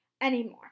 anymore